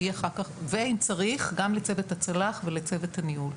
ואם צריך גם לצוות הצל"ח ולצוות הניהול.